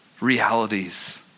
realities